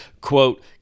quote